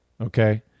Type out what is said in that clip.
okay